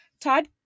Todd